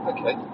Okay